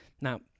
now